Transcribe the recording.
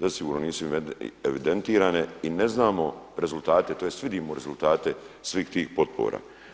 nisu evidentirane i ne znamo rezultate tj. vidimo rezultate svih tih potpora.